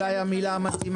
את לא יכולה להגיד שאין קשר.